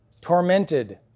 tormented